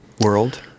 World